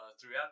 throughout